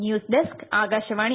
news desk Akashvani